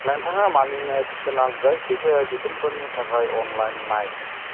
नोंथाङा मानिनो गोनां जायखिजाया बिथोनफोरनि थाखाय अनलाइन नाय